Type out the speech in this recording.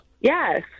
Yes